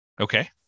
Okay